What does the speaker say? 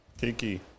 Kiki